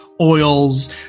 oils